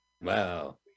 Wow